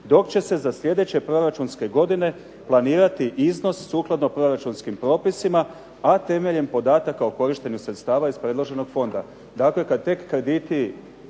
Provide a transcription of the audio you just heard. "dok će se za sljedeće proračunske godine planirati iznos sukladno proračunskim propisima, a temeljem podataka o korištenju sredstava iz predloženog fonda". Dakle, kada tek krediti